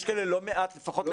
יש כאלה לא מעט לפחות.